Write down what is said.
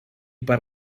per